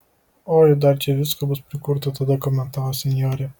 oi dar čia visko bus prikurta tada komentavo senjorė